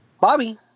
Bobby